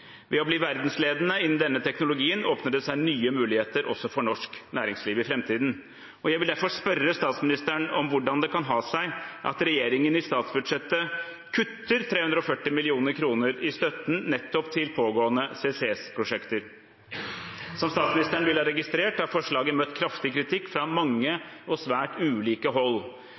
Ved å bli verdensledende innen denne teknologien åpner det seg nye muligheter også for norsk næringsliv i framtiden. Jeg vil derfor spørre statsministeren om hvordan det kan ha seg at regjeringen i statsbudsjettet kutter 340 mill. kr i støtten nettopp til pågående CCS-prosjekter. Som statsministeren vil ha registrert, har forslaget møtt kraftig kritikk fra mange og svært ulike hold.